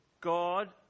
God